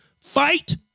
Fight